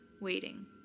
waiting